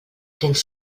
tens